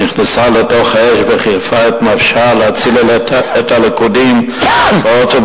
נכנסה לתוך האש וחירפה את נפשה כדי להציל את הלכודים באוטובוס.